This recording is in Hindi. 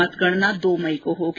मतगणना दो मई को होगी